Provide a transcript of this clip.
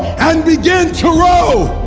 and begin to row!